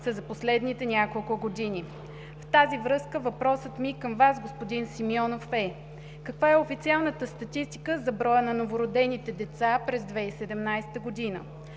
са за последните няколко години. В тази връзка въпросът ми към Вас, господин Симеонов, е: каква е официалната статистика за броя на новородените деца през 2017 г.?